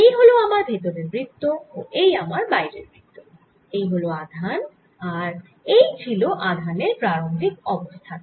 এই হল আমার ভেতরের বৃত্ত ও এই আমার বাইরের বৃত্ত এই হল আধান আর এই ছিল আধানের প্রারম্ভিক অবস্থান